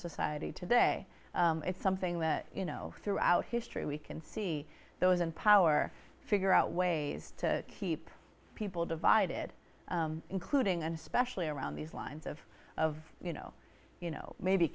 society today it's something that you know throughout history we can see those in power figure out ways to keep people divided including and especially around these lines of of you know you know maybe